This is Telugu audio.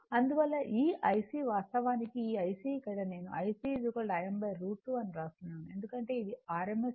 అందువల్ల ఈ IC వాస్తవానికి ఈ IC ఇక్కడ నేను IC Im √ 2 అని వ్రాస్తున్నాను ఎందుకంటే ఇది rms విలువ